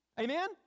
Amen